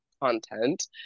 content